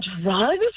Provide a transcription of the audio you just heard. drugs